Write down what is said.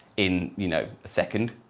in, you know, a second?